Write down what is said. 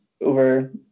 over